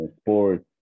sports